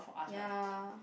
ya